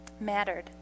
mattered